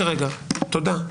יפה.